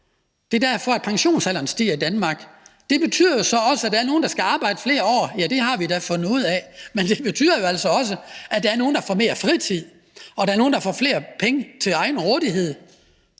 det er derfor, at pensionsalderen stiger i Danmark – betyder det jo også, at der er nogle, der skal arbejde i flere år. Ja, det har vi da fundet ud af, men det betyder jo altså også, at der er nogle, der får mere fritid, og at der er nogle, der får flere penge til rådighed.